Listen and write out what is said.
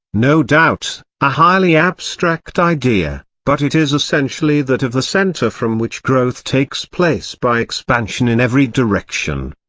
no doubt, a highly abstract idea, but it is essentially that of the centre from which growth takes place by expansion in every direction.